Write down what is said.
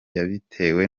yabitewe